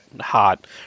hot